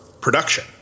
production